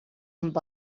amb